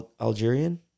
Algerian